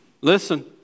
Listen